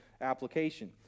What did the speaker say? application